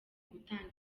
gutanga